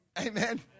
Amen